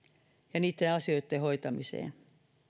ja niitten asioitten hoitamiseen